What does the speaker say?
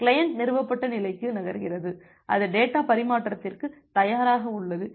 client நிறுவப்பட்ட நிலைக்கு நகர்கிறது அது டேட்டா பரிமாற்றத்திற்கு தயாராக உள்ளது